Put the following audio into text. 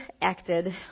acted